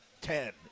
ten